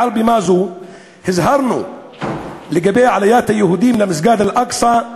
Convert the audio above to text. מעל בימה זו הזהרנו לגבי עליית היהודים למסגד אל-אקצא,